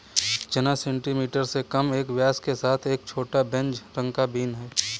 चना सेंटीमीटर से कम के व्यास के साथ एक छोटा, बेज रंग का बीन है